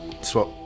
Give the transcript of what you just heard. swap